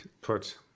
put